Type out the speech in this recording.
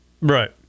Right